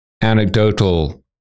anecdotal